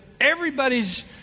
everybody's